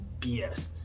BS